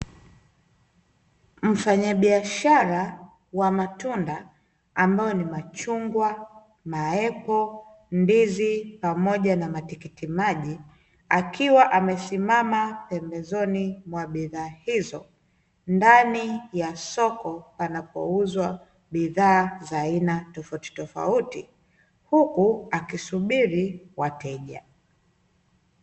Mfanyabiashara wa matunda ambayo ni machungwa, maepo, ndiz,i pamoja na matikiti maji, akiwa amesimama pembezoni mwa bidhaa hizo ndani ya soko wanapouza bidhaa za aina tofautitofauti huku akisubiri wateja.